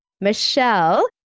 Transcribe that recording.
Michelle